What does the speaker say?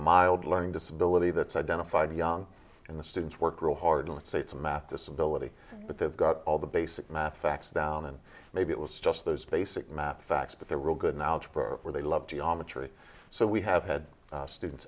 mild learning disability that's identified young in the students work real hard let's say it's a math disability but they've got all the basic math facts down and maybe it was just those basic math facts but they're real good an algebra where they love geometry so we have had students